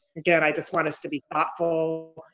again, i just want us to be thoughtful,